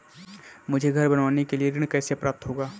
मुझे घर बनवाने के लिए ऋण कैसे प्राप्त होगा?